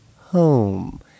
home